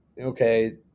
okay